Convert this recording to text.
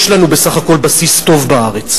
יש לנו בסך הכול בסיס טוב בארץ.